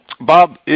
Bob